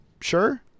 Sure